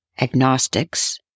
agnostics